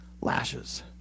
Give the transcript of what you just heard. lashes